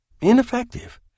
ineffective